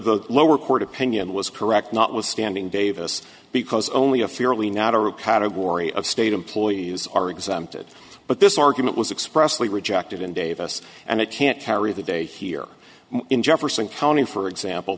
the lower court opinion was correct not withstanding davis because only a fairly narrow category of state employees are exempted but this argument was expressly rejected in davis and it can't carry the day here in jefferson county for example